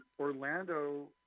orlando